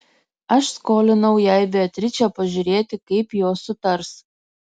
aš skolinau jai beatričę pažiūrėti kaip jos sutars